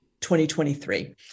2023